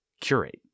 curate